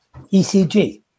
ECG